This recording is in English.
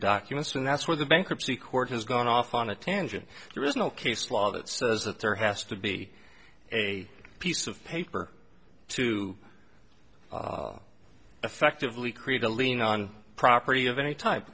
documents and that's where the bankruptcy court has gone off on a tangent there is no case law that says that there has to be a piece of paper to effectively create a lien on property of any t